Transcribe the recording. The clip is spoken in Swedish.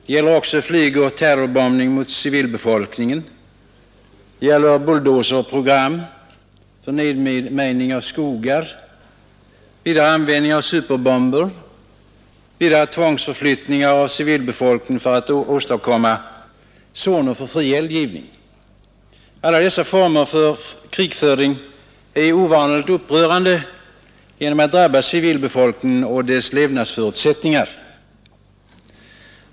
Det gäller också flygoch terrorbombning mot civilbefolkningen, liksom bulldozer-program för nedmejning av skogar, användning av superbomber samt tvångsförflyttning av civilbefolkning för att åstadkomma zoner för fri eldgivning. Alla dessa former för krigföring är ovanligt upprörande genom att de drabbar civilbefolkningen och dess levnadsförutsättningar.